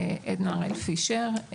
עדנה הראל פישר,